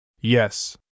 Yes